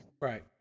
right